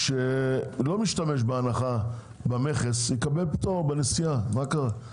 שלא משתמש בהנחה במכס, יקבל פטור בנסיעה, מה קרה?